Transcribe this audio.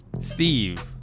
Steve